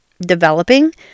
developing